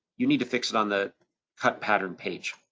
you need to fix it on the cut pattern page.